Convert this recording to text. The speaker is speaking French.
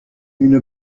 une